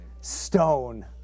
stone